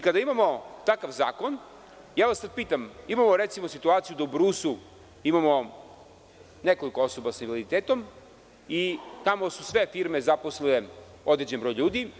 Kada imamo takav zakon, sada vas pitam, imamo recimo situaciju da u Brusu imamo nekoliko osoba sa invaliditetom i tamo su sve firme zaposlile određen broj ljudi.